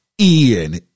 Ian